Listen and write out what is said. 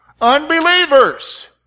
Unbelievers